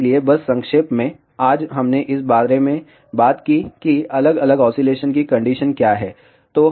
इसलिए बस संक्षेप में आज हमने इस बारे में बात की कि अलग अलग ऑसीलेशन की कंडीशन क्या हैं